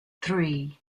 three